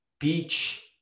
Beach